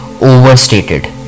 overstated